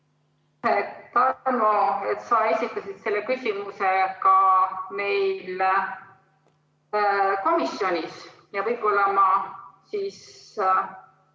Tarmo, sa esitasid selle küsimuse ka meil komisjonis. Võib-olla ma siis